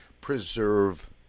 preserve